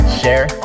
share